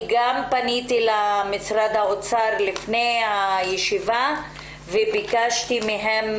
פניתי למשרד האוצר לפני הישיבה הזאת וביקשתם מהם